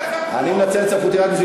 אני מדבר על סדרי הדיון.